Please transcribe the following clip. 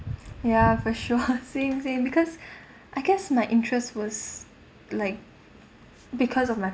ya for sure same same because I guess my interest was like because of my